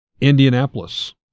Indianapolis